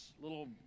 little